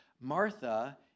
Martha